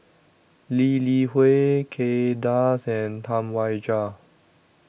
Lee Li Hui Kay Das and Tam Wai Jia